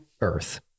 earth